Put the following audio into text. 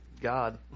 god